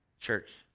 church